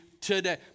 today